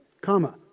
Comma